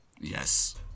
Yes